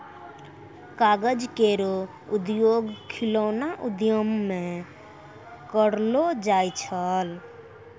कागज केरो उपयोग खिलौना उद्योग म करलो जाय छै